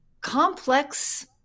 complex